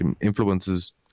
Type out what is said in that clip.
influences